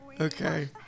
okay